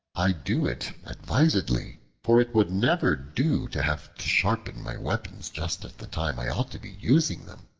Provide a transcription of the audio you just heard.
i do it advisedly for it would never do to have to sharpen my weapons just at the time i ought to be using them.